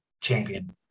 champion